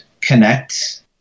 connect